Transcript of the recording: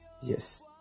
Yes